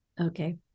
Okay